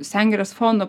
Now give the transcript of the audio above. sengirės fondo